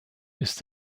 ist